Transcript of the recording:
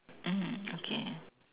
mm okay